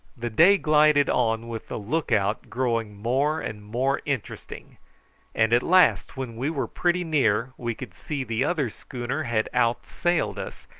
the day glided on with the look-out growing more and more interesting and at last, when we were pretty near, we could see the other schooner had outsailed us,